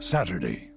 Saturday